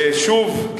ושוב,